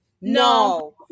No